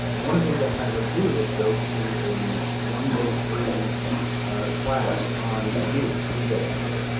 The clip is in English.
ah one of the things i had her do was go to a one day free class on vue, vue js.